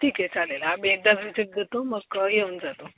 ठीक आहे चालेल आम्ही एकदा विजिट देतो मग येऊन जातो